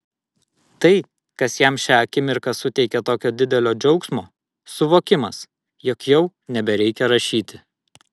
tai kas jam šią akimirką suteikia tokio didelio džiaugsmo suvokimas jog jau nebereikia rašyti